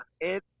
it